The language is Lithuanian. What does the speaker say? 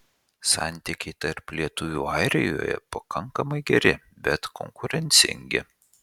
santykiai tarp lietuvių airijoje pakankamai geri bet konkurencingi